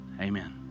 Amen